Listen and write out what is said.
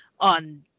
on